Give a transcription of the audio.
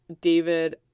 David